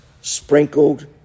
sprinkled